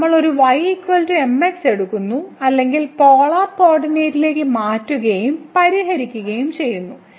നമ്മൾ ഒരു y mx എടുക്കുന്നു അല്ലെങ്കിൽ പോളാർ കോർഡിനേറ്റിലേക്ക് മാറ്റുകയും പരിഹരിക്കുകയും ചെയ്യുന്നു